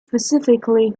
specifically